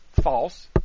false